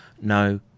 no